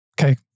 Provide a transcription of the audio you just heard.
Okay